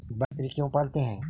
बकरी क्यों पालते है?